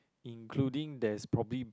including there's probably